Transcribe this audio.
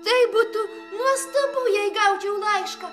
tai būtų nuostabu jei gaučiau laišką